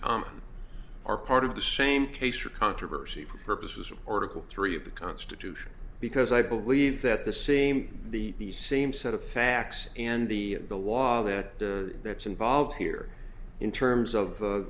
common are part of the same case or controversy for purposes of article three of the constitution because i believe that the same the same set of facts and the the law that that's involved here in terms of